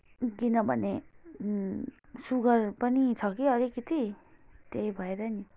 किनभने सुगर पनि छ कि अलिकति त्यही भएर नि